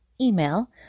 email